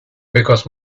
because